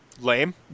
Lame